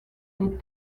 les